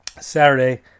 Saturday